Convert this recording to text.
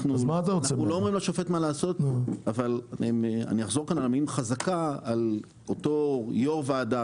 לא אומרים לשופט מה לעשות אבל חזקה על אותו יו"ר ועדה,